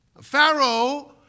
Pharaoh